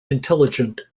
intelligent